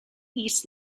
east